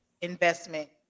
investment